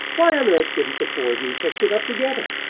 why on earth didn't the four of you fix it up together?